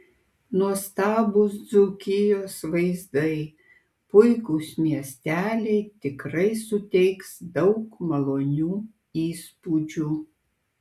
nuostabūs dzūkijos vaizdai puikūs miesteliai tikrai suteiks daug malonių įspūdžių